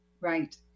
right